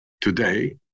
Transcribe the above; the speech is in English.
today